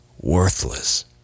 worthless